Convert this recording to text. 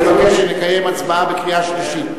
מבקש שנקיים הצבעה בקריאה שלישית?